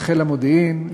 בחיל המודיעין,